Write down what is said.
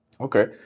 Okay